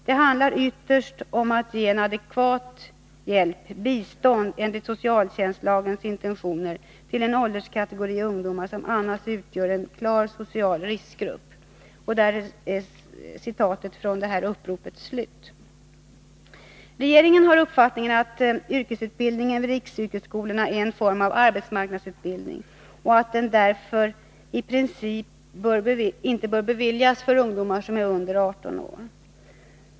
Det handlar ytterst om att ge en adekvat hjälp — bistånd enligt socialtjänstlagens intentioner — till en ålderskategori ungdomar som annars utgör en klar social riskgrupp.” Regeringen har uppfattningen att yrkesutbildningen vid riksyrkesskolorna är en form av arbetsmarknadsutbildning och att den därför i princip inte bör beviljas ungdomar under 18 år.